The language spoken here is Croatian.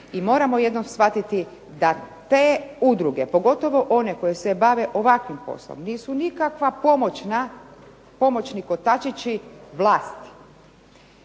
i moramo jednom shvatiti da te udruge, pogotovo one koje se bave ovakvim poslom nisu nikakvi pomoćni kotačići vlasti,